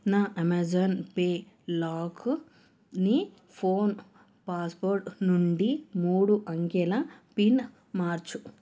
నా Amazon pay లాక్ని phone password నుండి మూడు అంకెల పిన్ మార్చు